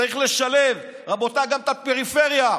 צריך לשלב, רבותיי, גם את הפריפריה.